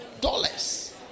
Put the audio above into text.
Dollars